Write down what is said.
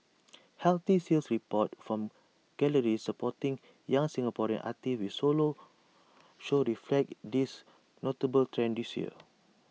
healthy sales reports from galleries supporting young Singaporean artists with solo shows reflect this notable trend this year